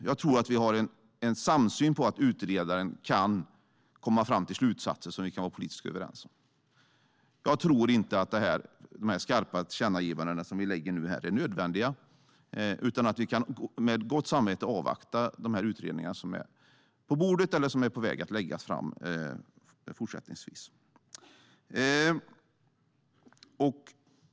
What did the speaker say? Jag tror att vi har en samsyn om att utredaren kan komma fram till slutsatser som vi kan vara politiskt överens om. Jag tror inte att de skarpa tillkännagivanden som ni gör är nödvändiga, utan att vi med gott samvete kan avvakta de utredningar som är på bordet eller som är på väg fram.